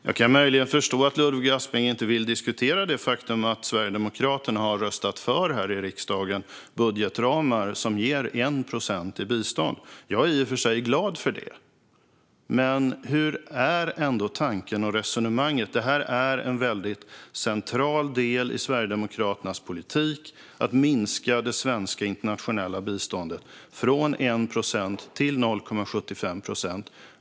Fru talman! Jag kan möjligen förstå att Ludvig Aspling inte vill diskutera det faktum att Sverigedemokraterna här i riksdagen har röstat för budgetramar som ger 1 procent i bistånd. Jag är i och för sig glad för det. Men hur är tanken och resonemanget? Det är en mycket central del i Sverigedemokraternas politik att minska det svenska internationella biståndet från 1 procent till 0,75 procent.